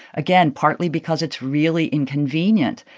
again partly because it's really inconvenient.